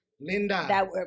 Linda